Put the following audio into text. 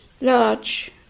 large